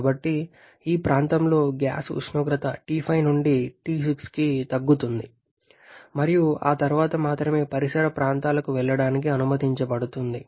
కాబట్టి ఈ ప్రాంతంలో గ్యాస్ ఉష్ణోగ్రత T5 నుండి T6కి తగ్గుతుంది మరియు ఆ తర్వాత మాత్రమే పరిసర ప్రాంతాలకు వెళ్లడానికి అనుమతించబడుతుంది